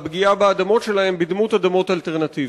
הפגיעה באדמות שלהם בדמות אדמות אלטרנטיביות.